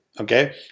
Okay